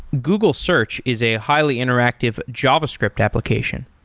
google search is a highly interactive javascript application.